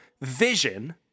vision